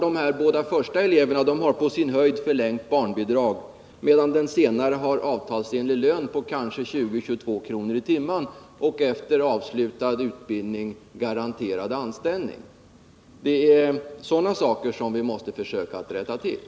De båda första eleverna har på sin höjd förlängt barnbidrag, medan den sistnämnde har avtalsenlig lön på kanske 20-22 kr. i timmen och garanterad anställning efter avslutad utbildning. Det är sådana olikheter som vi måste försöka rätta till.